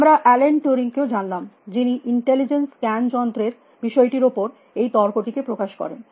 আমরা Alan Turing কেও জানলাম যিনি ইন্টেলিজেন্স স্ক্যান যন্ত্র এর বিষয়টির উপর এই তর্ক টিকে প্রকাশ করেন